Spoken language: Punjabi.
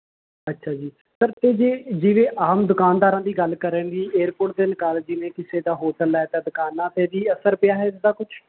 ਅੱਛਾ ਜੀ ਸਰ ਅਤੇ ਜੇ ਜਿਵੇਂ ਆਮ ਦੁਕਾਨਦਾਰਾਂ ਦੀ ਗੱਲ ਕਰਾ ਜੀ ਏਅਰਪੋਰਟ ਦੇ ਨਾਲ ਜਿਵੇਂ ਕਿਸੇ ਦਾ ਹੋਟਲ ਹੈ ਤਾਂ ਦੁਕਾਨਾਂ 'ਤੇ ਵੀ ਅਸਰ ਪਿਆ ਹੈ ਇਸਦਾ ਕੁਝ